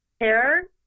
Hair